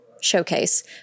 showcase